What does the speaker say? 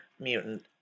mutant